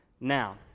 now